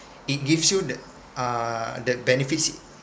it gives you the uh the benefits